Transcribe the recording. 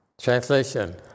Translation